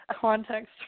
context